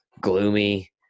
gloomy